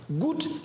good